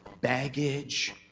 baggage